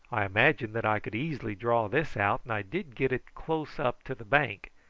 i imagined that i could easily draw this out, and i did get it close up to the bank,